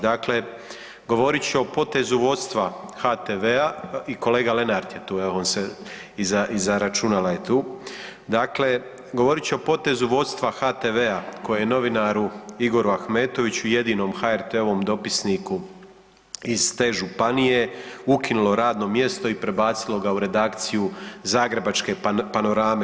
Dakle, govorit ću o potezu vodstva HTV-a i kolega Lenart je tu evo on se iza računala je tu, dakle govorit ću o potezu vodstva HTV-a koje je novinaru Igoru Ahmetoviću jedinom HRT-ovom dopisniku iz te županije ukinulo radno mjesto i prebacilo ga u redakciju zagrebačke Panorame.